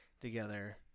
together